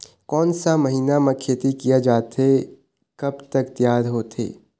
कोन सा महीना मा खेती किया जाथे ये कब तक तियार होथे?